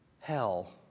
hell